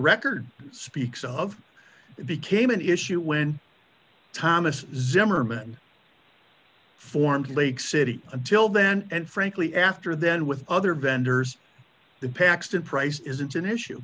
record speaks of became an issue when thomas zimmerman formed lake city until then and frankly after then with other vendors the paxton price isn't an issue